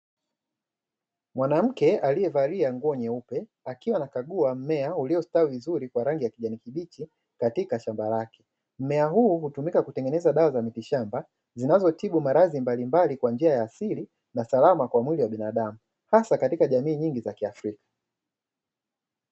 Mwanamke aliyevalia nguo nyeupe akiwa anakagua mmea uliostawi vizuri kwa rangi ya kijani kibichi katika shamba lake, mmea huu kutumika kutengeneza dawa za miti shamba zinazotibu maradhi mbalimbali kwa njia ya siri na salama kwa mwili wa binadamu, hasa katika jamii nyingi za kiafrika.